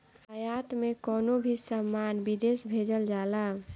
आयात में कवनो भी सामान विदेश भेजल जाला